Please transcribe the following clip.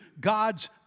God's